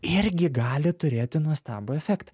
irgi gali turėti nuostabų efekt